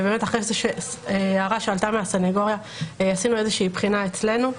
ואחרי הערה שעלתה מהסנגוריה עשינו בחינה אצלנו.